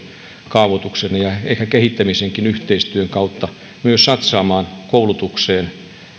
kaavoituksen ja ehkä kehittämisenkin yhteistyön kautta myös satsaamaan koulutukseen